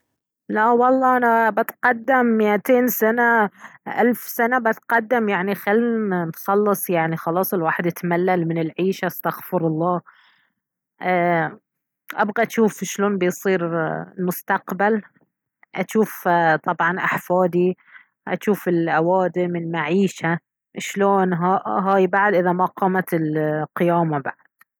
لا والله أنا بتقدم مائتين سنة ألف سنة بتقدم يعني خل نخلص يعني خلاص الواحد تملل من العيشة استغفر الله ايه أبغى أشوف شلون بيصير المستقبل أشوف طبعا أحفادي أشوف الأوادم المعيشة شلون هاي بعد إذا ما قامت القيامة بعد